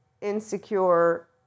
insecure